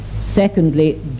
Secondly